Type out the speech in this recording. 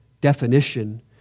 definition